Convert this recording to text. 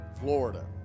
Florida